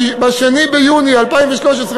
ב-2 ביוני 2013,